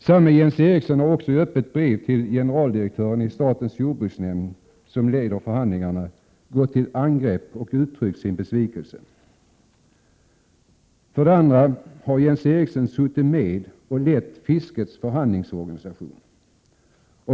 Samme Jens Eriksson har också i öppet brev till generaldirektören i statens jordbruksnämnd, som leder förhandlingarna, gått till angrepp och uttryckt sin besvikelse. För det andra har Jens Eriksson varit med och lett fiskets förhandlingsorganisation.